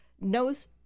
knows